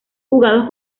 jugados